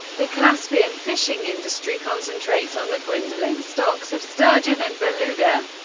the caspian fishing industry concentrates on the dwindling stocks of sturgeon and beluga.